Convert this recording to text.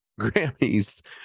Grammys